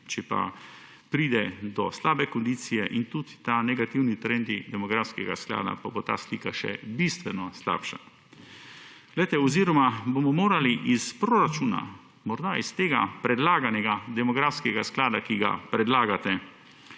Če pa pride do slabe kondicije in tudi ta negativni trendi demografskega sklada pa bo ta slika še bistveno slabša. Poglejte oziroma bomo morali iz proračuna, morda iz tega predlaganega demografskega sklada, ki ga predlagate,